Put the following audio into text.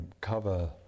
cover